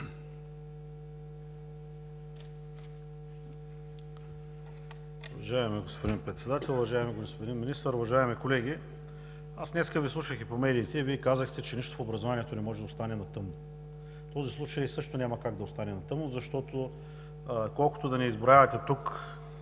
Вие казахте, че нищо в образованието не може да остане на тъмно. Този случай също няма как да остане на тъмно, защото колкото и да ни изброявате тук